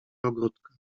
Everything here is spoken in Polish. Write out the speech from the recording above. ogródka